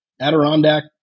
Adirondack